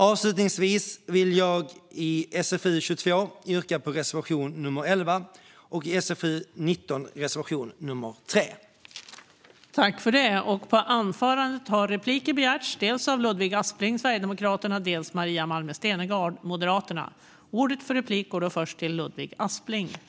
Avslutningsvis vill jag i SfU22 yrka bifall till reservation 11 och i SfU19 yrka bifall till reservation 3.